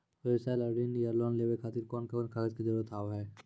व्यवसाय ला ऋण या लोन लेवे खातिर कौन कौन कागज के जरूरत हाव हाय?